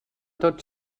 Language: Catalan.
tot